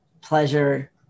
pleasure